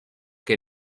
que